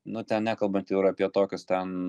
nu ten nekalbant jau ir apie tokius ten